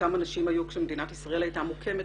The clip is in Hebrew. אותם אנשים היו כאשר מדינת ישראל הייתה מוקמת,